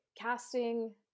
casting